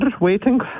waiting